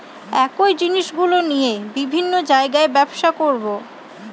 একই জিনিসগুলো নিয়ে বিভিন্ন জায়গায় ব্যবসা করবো